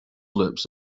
loops